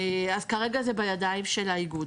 אז כרגע זה בידיים של האיגוד.